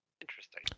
Interesting